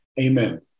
Amen